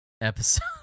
episode